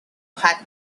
had